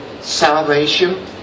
salvation